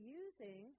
using